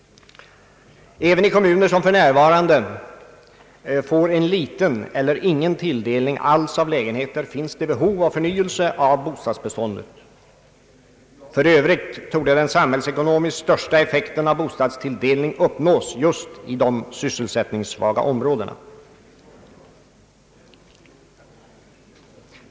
Även i kommuner som för närvarande får en ringa eller ingen tilldelning alls av lägenheter finns det behov av förnyelse av bostadsbeståndet. För övrigt torde den samhällsekonomiskt största effekten av bostadstilldelning uppnås just i de sysselsättningssvaga områdena.